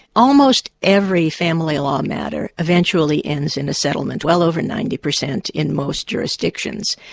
almost every family law matter eventually ends in a settlement, well over ninety per cent in most jurisdictions.